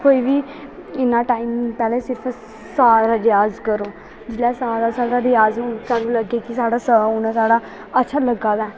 कोई बी इन्ना टाइम पैह्लें सिरफ सा दा रिआज करो जिल्लै सा दा साढा रिआज होग सानू लग्गे की साढा स हून साढा अच्छा लग्गा दा ऐ